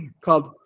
called